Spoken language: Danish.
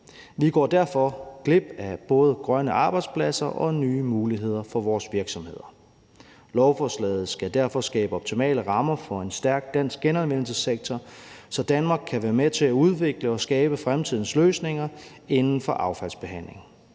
Vi går derfor glip af både grønne arbejdspladser og nye muligheder for vores virksomheder. Lovforslaget skal derfor skabe optimale rammer for en stærk dansk genanvendelsessektor, så Danmark kan være med til at udvikle og skabe fremtidens løsninger inden for affaldsbehandling.